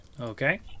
Okay